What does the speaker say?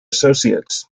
associates